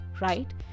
right